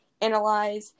analyze